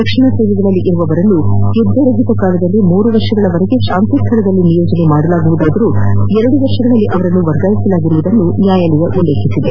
ರಕ್ಷಣಾ ಸೇವೆಗಳಲ್ಲಿರುವವರನ್ನು ಯುಧ್ಗರಹಿತ ಕಾಲದಲ್ಲಿ ಮೂರು ವರ್ಷಗಳವರೆಗೆ ಶಾಂತಿ ಸ್ಥಳದಲ್ಲಿ ನಿಯೋಜನೆ ಮಾಡಲಾಗಿದ್ದರೂ ಎರಡೂ ವರ್ಷಗಳಲ್ಲಿ ಅವರನ್ನು ವರ್ಗಾಯಿಸಲಾಗಿರುವುದನ್ನು ನ್ವಾಯಾಲಯ ಉಲ್ಲೇಖಿಸಿದೆ